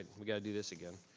we gotta do this again.